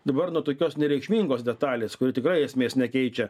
dabar nuo tokios nereikšmingos detalės kuri tikrai esmės nekeičia